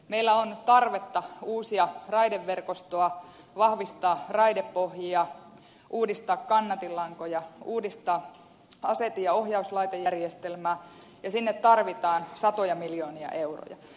meillä on tarvetta uusia raideverkostoa vahvistaa raidepohjia uudistaa kannatinlankoja uudistaa asetin ja ohjauslaitejärjestelmää ja sinne tarvitaan satoja miljoonia euroja